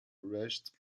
rushed